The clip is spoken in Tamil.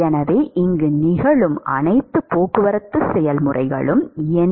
எனவே இங்கு நிகழும் அனைத்து போக்குவரத்து செயல்முறைகளும் என்ன